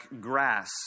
grass